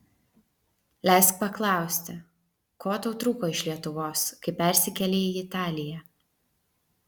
leisk paklausti ko tau trūko iš lietuvos kai persikėlei į italiją